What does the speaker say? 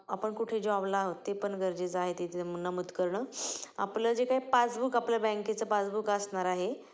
आपण कुठे जॉबला आहोत पण गरजेचं आहे तिथे मग नमूद करणं आपलं जे काय पासबुक आपलं बँकेचं पासबुक असणार आहे